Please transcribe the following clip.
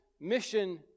mission